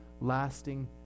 lasting